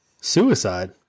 suicide